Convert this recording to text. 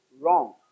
wrong